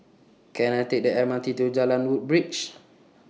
Can I Take The M R T to Jalan Woodbridge